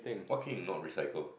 what can you not recycle